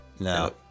No